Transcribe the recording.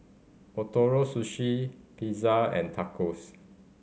Ootoro Sushi Pizza and Tacos